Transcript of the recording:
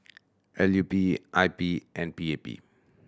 L U P I P and P A P